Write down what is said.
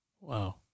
wow